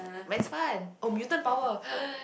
but it's fun oh mutant power